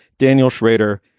daniel schrader,